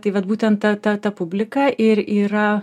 tai vat būtent ta ta ta publika ir yra